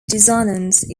dissonance